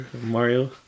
mario